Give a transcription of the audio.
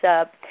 up